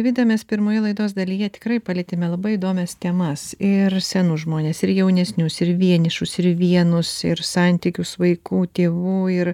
vida mes pirmoje laidos dalyje tikrai palietėme labai įdomias temas ir senus žmones ir jaunesnius ir vienišus ir vienus ir santykius vaikų tėvų ir